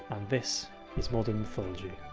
and this is modern mythology.